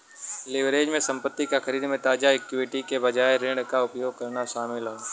leverage में संपत्ति क खरीद में ताजा इक्विटी के बजाय ऋण क उपयोग करना शामिल हौ